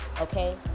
Okay